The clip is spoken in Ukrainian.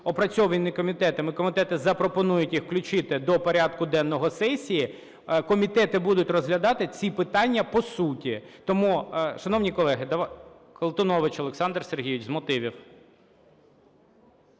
опрацьовані комітетом і комітети запропонують їх включити до порядку денного сесії, комітети будуть розглядати ці питання по суті. Тому, шановні колеги... Колтунович Олександр Сергійович, з мотивів.